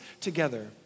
together